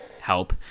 help